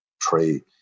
trade